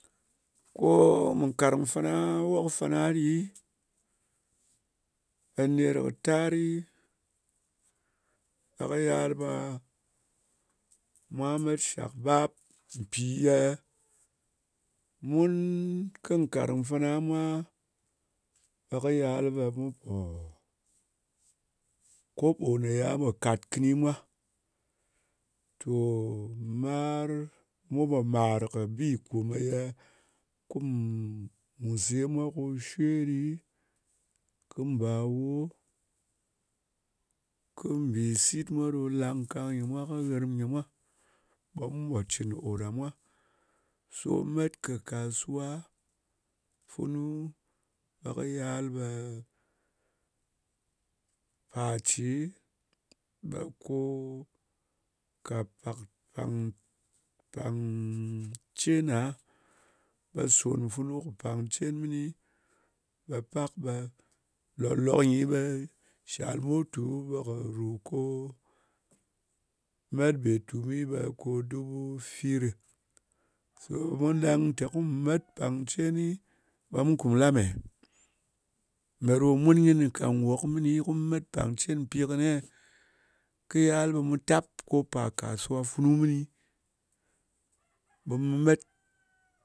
Ko nkarng fana, kɨ wok fana ɗi, ɓe ner kɨ tari, ɓe kɨ yal ɓe, mwa met shak bap. Mpi ye mun kɨ nkarng fana mwa, ɓe kɨ yal ɓe, koɓo ya pò kat kɨni mwa, tò marɨ, ngap pò màr kɨ bi kò ye kum se mwa, ko shwe ɗi, kɨ mbawo, kɨ mbì sit mwa ɗo langkang nyɨ mwa, kɨ ghɨrm nɨ mwa, ɓe mu pò cɨn kɨ ko ɗa mwa. So met kɨ kasuwa funu, ɓe kɨ yal ɓe, pa ce ɓe ka pangcena, ɓe sòn funu shɨ pangcen mɨni, ɓe pak ɓe lòk-lok nyi ɓe shal moto, ɓe kɨ ru ko, met bè tumi, ɓe kɨ rù kò dubu fir ɗɨ. To mu leng te kum met pangceni, ɓe mu kum la me? Me ɗo mun kɨnɨ ka nwok ko mu met pangcen mpi kɨni-e? Kɨ yal ɓe mu tap, ko pa kasuwa funu mɨni ɓe mu met,